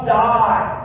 die